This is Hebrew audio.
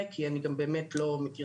אלו לא רק הפניות אנחנו מבינים,